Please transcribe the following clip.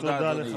תודה, אדוני.